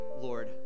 lord